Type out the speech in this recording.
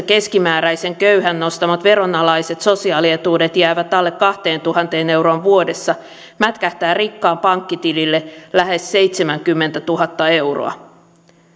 keskimääräisen köyhän nostamat veronalaiset sosiaalietuudet jäävät alle kahteentuhanteen euroon vuodessa mätkähtää rikkaan pankkitilille lähes seitsemänkymmentätuhatta euroa